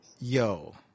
Yo